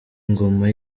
ingoma